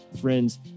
Friends